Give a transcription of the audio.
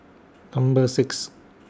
Number six